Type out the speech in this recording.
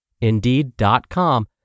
Indeed.com